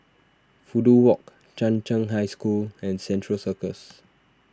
Fudu Walk Chung Cheng High School and Central Circus